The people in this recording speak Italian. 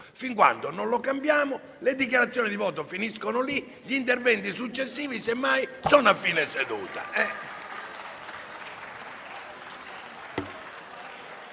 fin quando non lo cambiamo, le dichiarazioni di voto finiscono lì. Gli interventi successivi, semmai, sono a fine seduta.